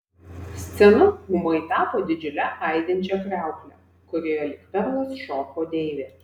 scena ūmai tapo didžiule aidinčia kriaukle kurioje lyg perlas šoko deivė